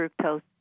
fructose